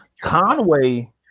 Conway